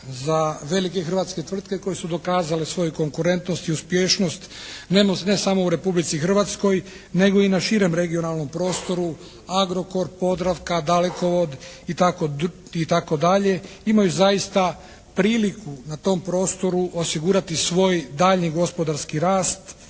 za velike hrvatske tvrtke koje su dokazale svoju konkurentnost i uspješnost ne samo u Republici Hrvatskoj nego i na širem regionalnom prostoru "Agrokor", "Podravka", "Dalekovod" itd. imaju zaista priliku na tom prostoru osigurati svoj daljnji gospodarski rast,